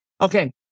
okay